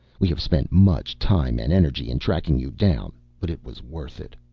we have spent much time and energy in tracking you down, but it was worth it.